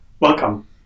Welcome